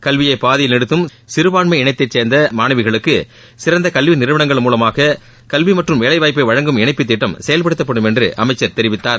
கல்வியை பாதியில் நிறுத்தும் சிறுபான்மைஇனத்தை சேர்ந்த மாணவிகளுக்கு சிறந்த கல்வி நிறுவனங்கள் மூலமாக கல்வி மற்றும் வேலை வாய்ப்பை வழங்கும் இணைப்புத் திட்டம் செயல்படுத்தப்படும் என்று அமைச்சர் தெரிவித்தார்